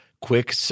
quick